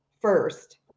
first